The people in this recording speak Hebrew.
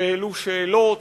שהעלו שאלות,